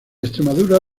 extremadura